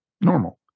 normal